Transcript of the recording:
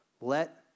Let